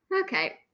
Okay